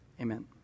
amen